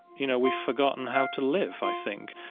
you know, we've forgotten how to live, i think.